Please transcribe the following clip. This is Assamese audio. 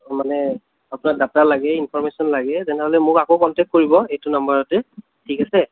মানে আপোনাৰ ডাটা লাগে ইনফৰমেচন লাগে তেনেহ'লে মোক আকৌ কনটেক্ট কৰিব এইটো নাম্বাৰতে ঠিক আছে